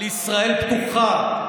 על ישראל פתוחה,